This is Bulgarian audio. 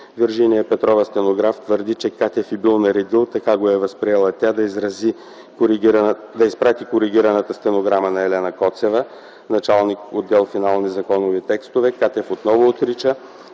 Виржиния Петрова – стенограф, твърди, че Катев й бил наредил (така го е възприела тя) да изпрати коригираната стенограма на Елена Коцева – началник отдел „Финални законови текстове”. Катев отново отрича